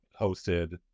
hosted